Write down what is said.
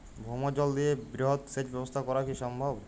ভৌমজল দিয়ে বৃহৎ সেচ ব্যবস্থা করা কি সম্ভব?